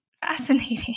fascinating